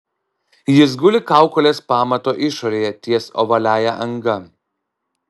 jis guli kaukolės pamato išorėje ties ovaliąja anga